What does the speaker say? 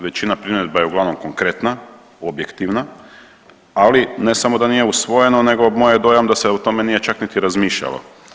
Većina primjedba je uglavnom konkretna, objektivna, ali ne samo da nije usvojeno nego moj je dojam da se o tome nije čak niti razmišljalo.